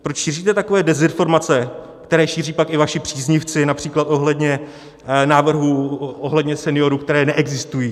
Proč šíříte takové dezinformace, které šíří pak i vaši příznivci například ohledně návrhů, ohledně seniorů, které neexistují?